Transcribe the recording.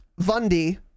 Vundy